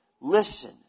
Listen